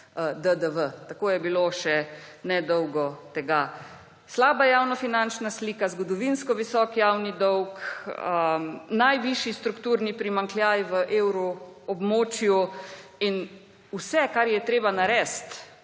Tako je bilo še nedolgo tega. Slaba javnofinančna slika, zgodovinsko visok javni dolg, najvišji strukturni primanjkljaj v evroobmočju in vse, kar je treba narediti,